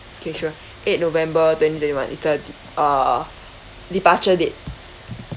K sure eight november twenty twenty one is the de~ uh departure date